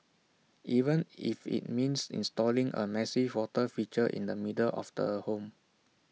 even if IT means installing A massive water feature in the middle of the home